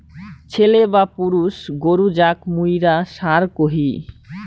ছেলে বা পুরুষ গরু যাক মুইরা ষাঁড় কহি